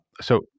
So-